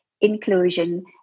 inclusion